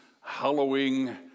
hallowing